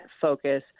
focus